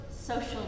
social